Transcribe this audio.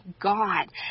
God